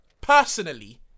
personally